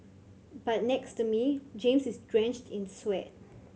but next to me James is drenched in sweat